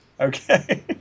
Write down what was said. Okay